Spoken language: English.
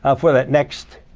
ah for that, next.